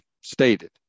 stated